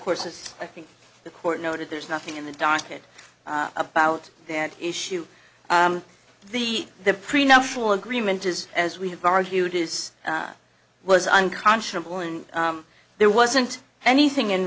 course as i think the court noted there's nothing in the docket about that issue the the prenuptial agreement is as we have argued this was unconscionable and there wasn't anything in